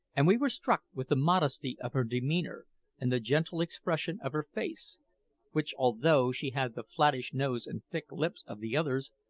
and we were struck with the modesty of her demeanour and the gentle expression of her face which, although she had the flattish nose and thick lips of the others,